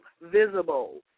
visible